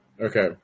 Okay